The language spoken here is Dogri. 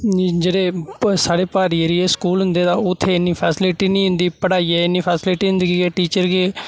जेह्ड़े साढ़े प्हाड़ी एरिये च स्कूल होंदे ते उत्थै इ'न्नी फैसिलिटी निं होंदी पढ़ाइयै दी इ'न्नी फैसिलिटी निं होंदी के टीचर गै